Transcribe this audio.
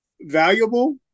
valuable